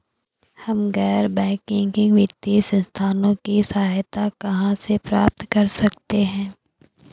हम गैर बैंकिंग वित्तीय संस्थानों की सहायता कहाँ से प्राप्त कर सकते हैं?